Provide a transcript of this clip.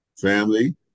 Family